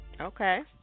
Okay